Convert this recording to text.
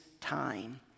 time